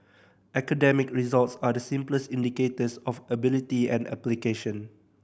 academic results are the simplest indicators of ability and application